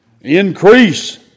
increase